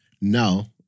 now